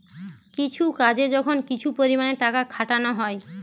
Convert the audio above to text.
কিছু কাজে যখন কিছু পরিমাণে টাকা খাটানা হয়